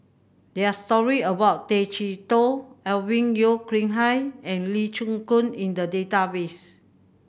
there are story about Tay Chee Toh Alvin Yeo Khirn Hai and Lee Chin Koon in the database